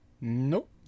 Nope